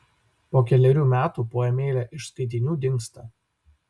po kelerių metų poemėlė iš skaitinių dingsta